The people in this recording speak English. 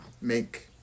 make